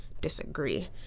disagree